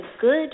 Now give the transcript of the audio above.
good